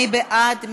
מי בעד?